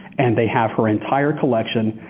and they have her entire collection.